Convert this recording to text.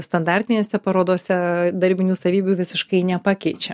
standartinėse parodose darbinių savybių visiškai nepakeičia